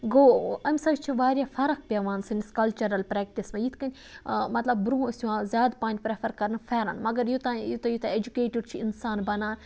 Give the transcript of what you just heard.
گوٚو امہِ سۭتۍ چھِ واریاہ فَرَق پیٚوان سٲنِس کَلچَرَل پریٚکٹِس پیٹھ یِتھ کنۍ مَطلَب برونٛہہ ٲسۍ یِوان مَطلَب زیادٕ پَہَن پریٚفَر کَرنہٕ پھیٚرَن مگر یوٚتانۍ یوٗتاہ یوٗتاہ ایٚجُکیٹِڈ چھُ اِنسان بَنان